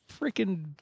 freaking